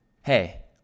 hey